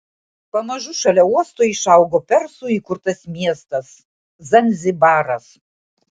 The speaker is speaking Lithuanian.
pamažu šalia uosto išaugo persų įkurtas miestas zanzibaras